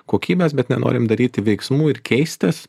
kokybės bet nenorim daryti veiksmų ir keistis